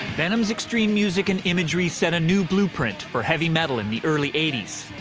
venom's extreme music and imagery set a new blueprint for heavy metal in the early eighty s,